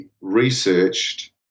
researched